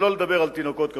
שלא לדבר על תינוקות כמובן.